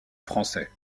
français